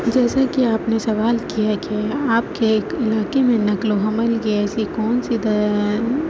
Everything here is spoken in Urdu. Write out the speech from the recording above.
جیسا کہ آپ نے سوال کیا کہ آپ کے علاقے میں نقل و حمل کی ایسی کون سی